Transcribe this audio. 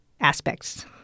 aspects